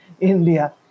India